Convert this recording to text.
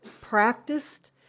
practiced